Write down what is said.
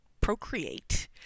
procreate